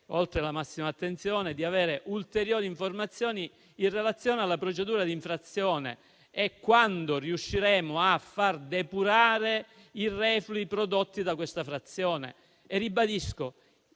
oltre alla massima attenzione, è di avere ulteriori informazioni in relazione alla procedura di infrazione e di sapere quando riusciremo a far depurare i reflui prodotti da questa frazione. Ribadisco